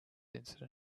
incident